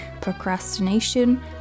procrastination